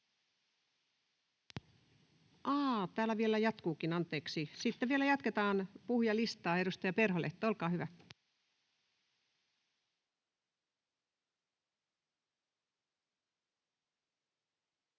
täällä vielä jatkuukin, anteeksi. Sitten vielä jatketaan puhujalistaa. — Edustaja Perholehto, olkaa hyvä.